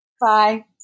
Bye